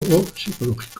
psicológico